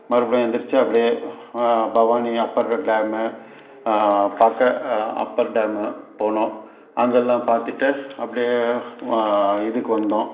மறுபடியும் எழுந்திரிச்சி அப்டியே பவானி அப்பர் டேமு பார்க்க அப்பர் டேமு போனோம் அங்கேல்லாம் பாத்துட்டு அப்டியே இதுக்கு வந்தோம்